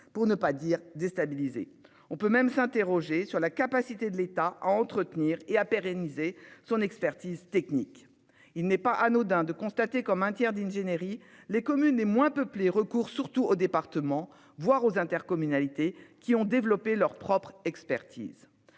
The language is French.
pour ne pas dire déstabilisé. On peut même s'interroger sur la capacité de l'État, entretenir et à pérenniser son expertise technique. Il n'est pas anodin de constater comme un tiers d'ingénierie les communes les moins peuplées recours surtout au département, voire aux intercommunalités qui ont développé leur propre expertise.